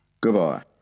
Goodbye